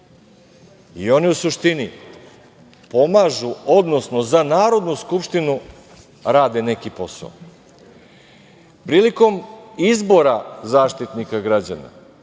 Oni u suštini pomažu, odnosno za Narodnu skupštinu rade neki posao. Prilikom izbora Zaštitnika građana,